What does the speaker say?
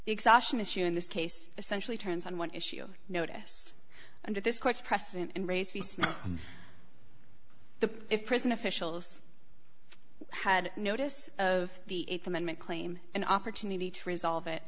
the exhaustion issue in this case essentially turns on one issue notice under this court's precedent and raised the if prison officials had notice of the eighth amendment claim an opportunity to resolve it